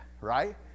right